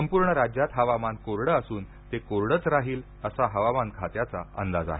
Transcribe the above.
संपूर्ण राज्यात हवामान कोरड असून ते कोरडंच राहील असा हवामान खात्याचा अंदाज आहे